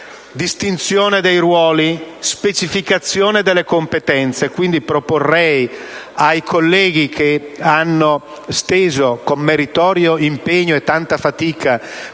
distinzione dei ruoli e la specificazione delle competenze proporrei ai colleghi, che hanno steso con meritorio impegno e tanta fatica